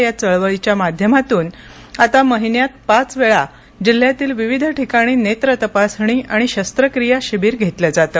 या चळवळीच्या माध्यमातून महिन्यात पाच वेळा जिल्ह्यातील विविध ठिकाणी नेत्र तपासणी आणि शरत्रक्रिया शिबीर घेतलं जातं